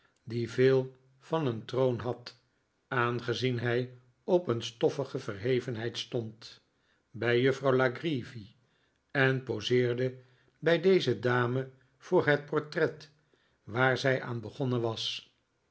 die veel van een troon had aangezien hij op een stoffige verhevenheid stond bij juffrouw la creevy en poseerde bij deze dame voor het portret waar zij aan begonnen was